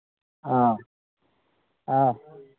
ꯑꯥ ꯑꯥ